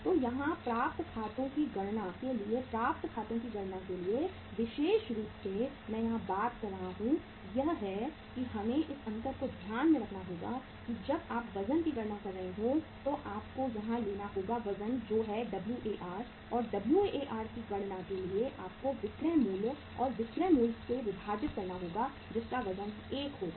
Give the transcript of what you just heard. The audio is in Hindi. तो यहां प्राप्त खातों की गणना के लिए प्राप्त खातों की गणना के लिए विशेष रूप से मैं यहां बात कर रहा हूं यह है कि हमें इस अंतर को ध्यान में रखना होगा कि जब आप वजन की गणना कर रहे हों तो आपको यहां लेना होगा वजन जो है WAR और WAR की गणना के लिए आपको विक्रय मूल्य को विक्रय मूल्य से विभाजित करना होगा जिसका वजन 1 होगा